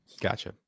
Gotcha